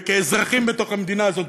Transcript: כאזרחים בתוך המדינה הזאת,